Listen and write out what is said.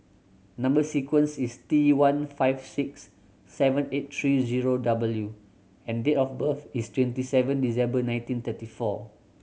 number sequence is T one five six seven eight three zero W and date of birth is twenty seven December nineteen thirty four